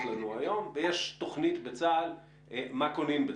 לנו היום ויש תוכנית בצה"ל מה קונים בזה.